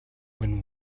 when